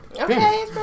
okay